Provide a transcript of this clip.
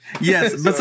yes